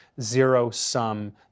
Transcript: zero-sum